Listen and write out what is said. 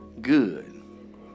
good